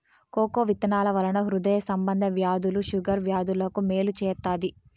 cocoa విత్తనాల వలన హృదయ సంబంధ వ్యాధులు షుగర్ వ్యాధులకు మేలు చేత్తాది